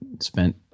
spent